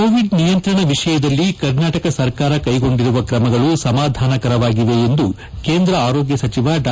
Covid ನಿಯಂತ್ರಣ ವಿಷಯದಲ್ಲಿ ಕರ್ನಾಟಕ ಸರ್ಕಾರ ಕೈಗೊಂಡಿರುವ ಕ್ರಮಗಳು ಸಮಾಧಾನಕರವಾಗಿವೆ ಎಂದು ಕೇಂದ್ರ ಆರೋಗ್ಯ ಸಚಿವ ಡಾ